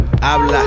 habla